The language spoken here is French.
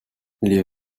les